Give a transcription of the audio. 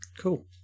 Cool